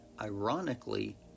ironically